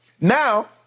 Now